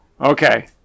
okay